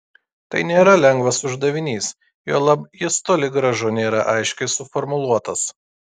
tai nėra lengvas uždavinys juolab jis toli gražu nėra aiškiai suformuluotas